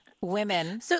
women